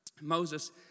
Moses